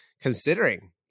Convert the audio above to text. considering